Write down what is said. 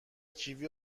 کیوی